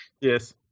Yes